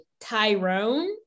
Tyrone